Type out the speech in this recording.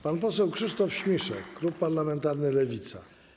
Pan poseł Krzysztof Śmiszek, klub parlamentarny Lewica.